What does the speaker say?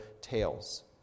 tails